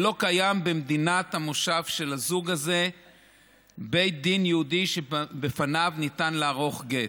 שלא קיים במדינת המושב של הזוג הזה בית דין יהודי שלפניו ניתן לערוך גט.